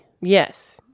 Yes